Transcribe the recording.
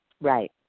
Right